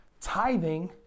tithing